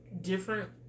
different